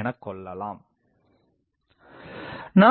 எனக் கொள்ளலாம்